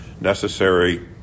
necessary